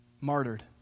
martyred